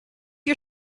you